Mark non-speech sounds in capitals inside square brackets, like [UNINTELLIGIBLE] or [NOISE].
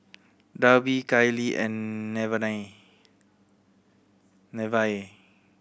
Darby Kailey and [UNINTELLIGIBLE] Nevaeh